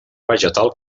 vegetal